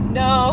no